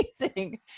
amazing